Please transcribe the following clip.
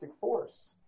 force